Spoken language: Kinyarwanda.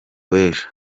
w’ejo